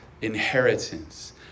inheritance